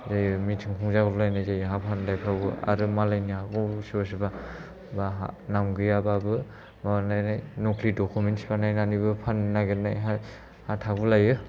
जायो मिथिं खुंजा हरलायनाय जायो हा फाननायफ्रावबो आरो मालायनि हाखौबो सोरबा सोरबा बाहाग नाम गैयाबाबो माबानानै नख्लि डखुमेन्टस बानायनानैबो फाननो नागेरनाय हा थागु लायो